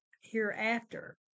hereafter